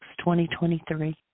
2023